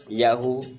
yahoo